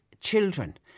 children